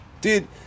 Dude